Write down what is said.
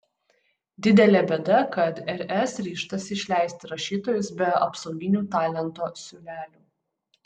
didelė bėda kad rs ryžtasi išleisti rašytojus be apsauginių talento siūlelių